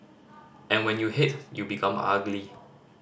and when you hate you become ugly